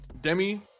Demi